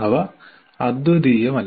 അവ അദ്വിതീയമല്ല